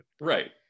right